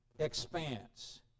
Expanse